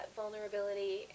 vulnerability